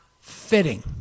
fitting